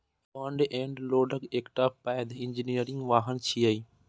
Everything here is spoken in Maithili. फ्रंट एंड लोडर एकटा पैघ इंजीनियरिंग वाहन छियै